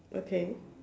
okay